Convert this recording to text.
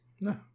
No